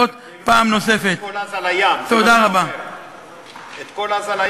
חבר הכנסת עמר בר-לב: מורשת רבין היא לא רק כל מה שהזכרת.